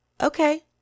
okay